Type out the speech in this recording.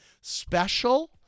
special